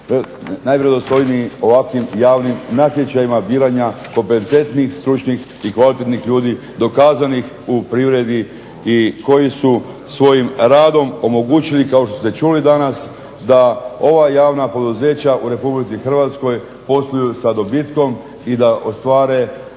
najvjerodostojniji ovakvim javnim natječajima biranja kompetentnih, stručnih i kvalitetnih ljudi dokazanih u privredi i koji su svojim radom omogućili kao što ste čuli danas da ova javna poduzeća u Republici Hrvatskoj posluju sa dobitkom i da ostvare